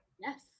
Yes